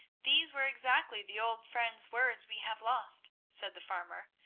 these were exactly the old friend's words we have lost, said the farmer,